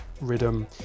Rhythm